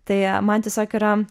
tai a man tiesiog yra